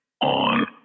on